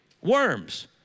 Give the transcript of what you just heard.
Worms